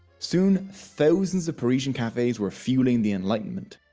soon thousands of parisian cafes were fuelling the enlightenment.